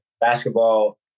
Basketball